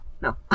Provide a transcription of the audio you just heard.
No